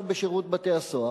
ועכשיו בשירות בתי-הסוהר,